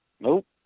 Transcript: Nope